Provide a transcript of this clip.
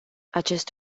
acest